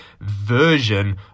version